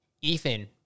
Ethan